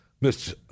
Miss